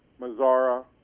Mazzara